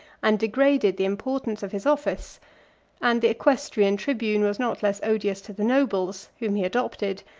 and degraded the importance of his office and the equestrian tribune was not less odious to the nobles, whom he adopted,